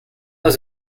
was